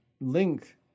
link